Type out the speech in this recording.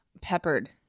peppered